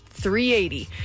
380